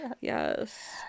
yes